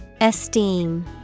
Esteem